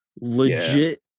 legit